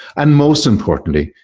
and most importantly,